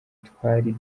utwari